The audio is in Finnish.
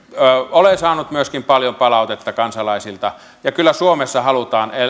olen saanut myöskin paljon palautetta kansalaisilta ja kyllä suomessa halutaan